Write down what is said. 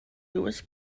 lewis